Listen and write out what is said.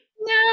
No